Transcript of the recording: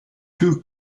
two